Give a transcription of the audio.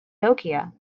nokia